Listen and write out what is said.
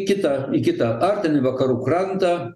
kitą į kitą ar ten į vakarų krantą